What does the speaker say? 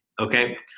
Okay